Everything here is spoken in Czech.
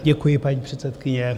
Děkuji, paní předsedkyně.